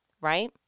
right